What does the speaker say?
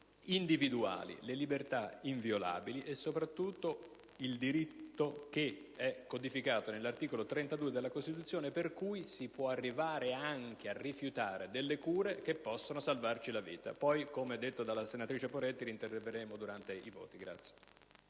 individuali, le libertà inviolabili e soprattutto il diritto codificato nell'articolo 32 della Costituzione, per cui si può arrivare anche a rifiutare cure che possono salvarci la vita. Come preannunciato dalla senatrice Poretti, interverremo nuovamente durante